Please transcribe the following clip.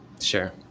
Sure